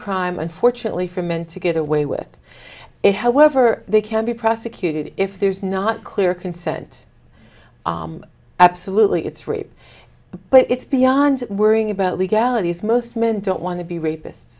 crime unfortunately for men to get away with it however they can be prosecuted if there is not clear consent absolutely it's rape but it's beyond worrying about legalities most men don't want to be rapists